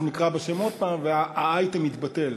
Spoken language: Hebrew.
אז נקרא בשם עוד פעם והאייטם יתבטל.